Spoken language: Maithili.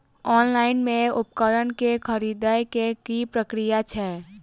ऑनलाइन मे उपकरण केँ खरीदय केँ की प्रक्रिया छै?